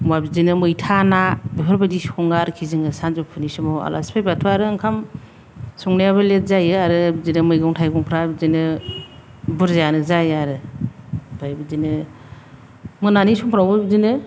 एखनबा बिदिनो मैथा ना बेफोरबायदि सङो आरोखि जोङो सानजौफुनि समाव आलासि फैबाथ' आरो ओंखाम संनायआबो लेथ जायो आरो बिदिनो मैगं थाइगंफ्रा बिदिनो बुरजायानो जायो आरो ओमफाय बिदिनो मोनानि समफ्रावबो बिदिनो